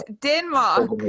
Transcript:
Denmark